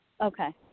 Okay